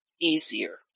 easier